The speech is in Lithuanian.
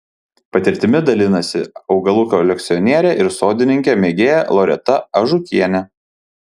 patirtimi dalinasi augalų kolekcionierė ir sodininkė mėgėja loreta ažukienė